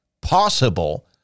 possible